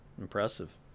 Impressive